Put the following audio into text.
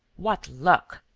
what luck!